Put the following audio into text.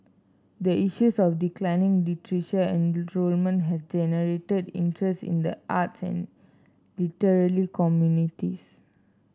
the issues of declining literature enrollment has generated interest in the arts and literary communities